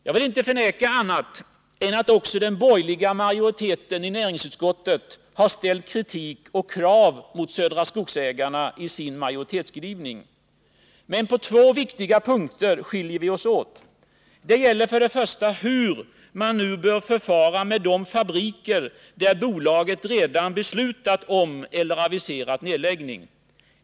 Jag vill inte förneka att också den borgerliga majoriteten i näringsutskottet framställt kritik och krav gentemot Södra Skogsägarna i sin majoritetsskrivning. Men på ett par viktiga punkter skiljer vi oss åt. Det gäller först och främst hur man nu bör förfara med de fabriker där bolaget redan beslutat eller aviserat om nedläggning.